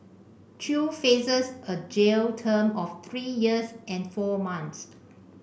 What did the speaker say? chew faces a jail term of three years and four months